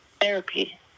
therapy